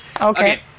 okay